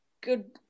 good